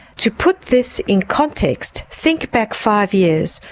to put this in context, think back five years.